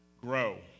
Grow